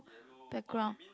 background